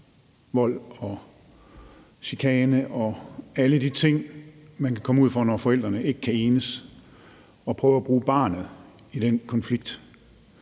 vold og chikane og alle de ting, man kan komme ud for, når forældrene ikke kan enes og prøver at bruge barnet i den konflikt.